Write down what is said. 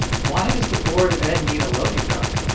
why does the board of ed need a loading dock?